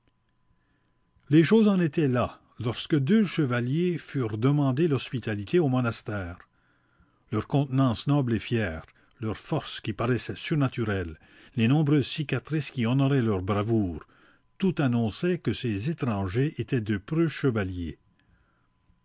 les choses en étaient là lorsque deux chevaliers furent demander l'hospitalité au monastère leur contenance noble et fière leur force qui paraissait surnaturelle les nombreuses cicatrices qui honoraient leur bravoure tout annonçait que ces étrangers étaient de